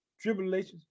tribulations